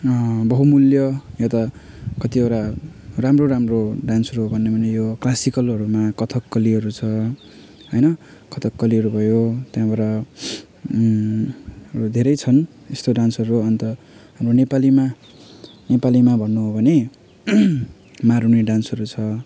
बहुमूल्य यता कतिवटा राम्रो राम्रो डान्सहरू गर्ने भने यो क्लासिकलहरूमा कथक्कलीहरू छ होइन कथक्कलीहरू भयो त्यहाँबाट धेरै छन् यस्तो डान्सहरू अन्त हाम्रो नेपालीमा नेपालीमा भन्नु हो भने मारुनी डान्सहरू छ